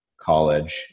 college